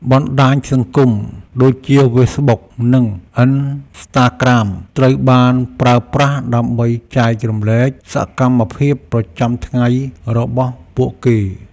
បណ្ដាញសង្គមដូចជាហ្វេសប៊ុកនិងអុីនស្តាក្រាមត្រូវបានប្រើប្រាស់ដើម្បីចែករំលែកសកម្មភាពប្រចាំថ្ងៃរបស់ពួកគេ។